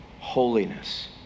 holiness